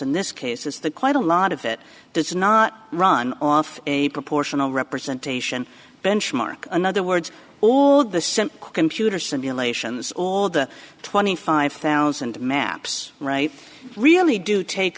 in this case is that quite a lot of it does not run off a proportional representation benchmark another words all the same computer simulations all of the twenty five thousand maps right really do take